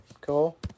Cool